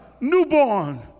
newborn